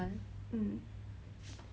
is this the authentic light